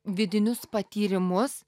vidinius patyrimus